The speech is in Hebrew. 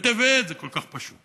בטבת, זה כל כך פשוט.